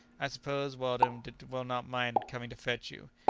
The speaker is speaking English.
i suppose weldon will not mind coming to fetch you.